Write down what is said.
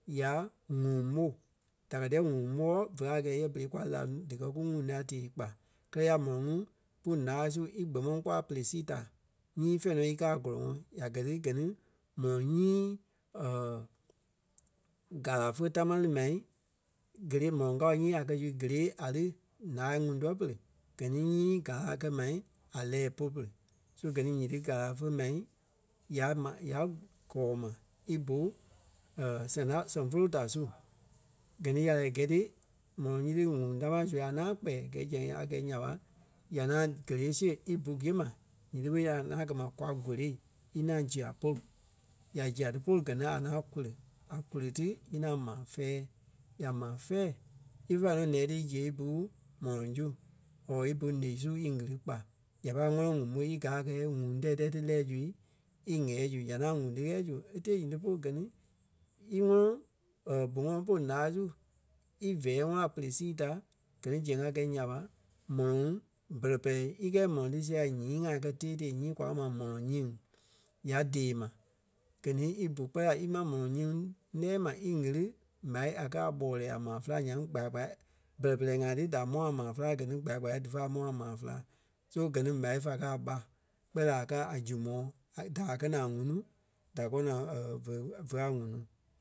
ya ŋuŋ ɓo. Da kɛ́ diyɛ ŋuŋ ɓóɔɔ vé a gɛɛ yɛ berei kwa lí la díkɛ kú ŋuŋ lîa tèe kpa. Kɛ́lɛ ya mɔlɔŋ ŋuŋ pú ǹaai su í gbɔmɔŋ kpɔ́ a pere sii da nyii fɛ̂ɛ nɔ í káa a gɔlɔŋɔɔ. Ya gɛ̀ ti gɛ ni mɔlɔŋ nyii gála fe tamaa ti mai gelee mɔlɔŋ kao nyii a kɛ̀ zu gelee a lí ǹaai ŋuŋ tuɛ pere, gɛ ni nyii gaa kɛ ma a lɛ́ɛ polu pere. So gɛ ni nyiti gála fe mai ya ma ya gɔ́ɔ ma í bu sɛŋ da sɛŋ folo da su. Gɛ ni ya lɛ́ɛ gɛi ti mɔlɔŋ nyiti ŋuŋ tamaa zu a ŋaŋ kpɛɛ gɛ̀i sɛŋ a gɛi nya ɓa, ya ŋaŋ gélee siɣe í bu gîe ma nyiti ɓé ya ŋaŋ kɛ̀ ma kwa gole í ŋaŋ zia polu. Ya zia ti polu gɛ ni a ŋaŋ kole. A kole ti í ŋaŋ maa vɛɛ. Ya maa vɛ́ɛ ífe ŋaŋ ǹɛɛ ti í ziɣe í bu mɔlɔŋ zu or í bu ǹeɣii su í ɣili kpa, ya pâi ŋɔnɔ ŋuŋ ɓo í gaa a gɛɛ ŋuŋ tɛi tɛ́i ti lɛ́ɛ zui í ɣɛ̀ɛ zu. Ya ŋaŋ ŋuŋ ti ɣɛɛ zu e tèe nyiti polu gɛ ni í ŋɔnɔ bu ŋɔnɔ polu ǹaai su ívɛɛ ŋɔnɔ a pere sii da, gɛ ni zɛŋ a kɛi nya ɓa mɔlɔŋ bɛlɛ-pɛlɛɛ í kɛɛ mɔlɔŋ ti sia nyii ŋai kɛ tee-tée nyii kwa kɛ̀ ma mɔlɔŋ nyeŋ. Ya dee mai, gɛ ni í bu kpɛɛ la ímaa mɔlɔŋ yɛ̂ŋ lɛɛ ma í ɣili m̀á a kɛ̀ a ɓɔlɛɛ a maa féla nyaŋ kpaya kpaya, bɛlɛ-pɛlɛɛ ŋai ti da mɔ a maa féla gɛ ni kpaya kpaya dífa mɔ a maa féla. So gɛ ni m̀á fá káa ɓá kpɛɛ la a kaa a zu mɔɔ a- da a kɛ naa a ŋ̀unuu da kɔɔ naa ve- ve a ŋ̀unuu